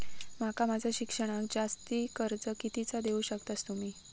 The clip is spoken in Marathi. माका माझा शिक्षणाक जास्ती कर्ज कितीचा देऊ शकतास तुम्ही?